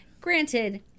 Granted